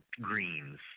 greens